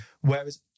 Whereas